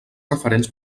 referents